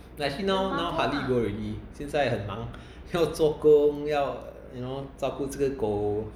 but actually now now hardly go already 现在很忙要做工要 you know 照顾这个狗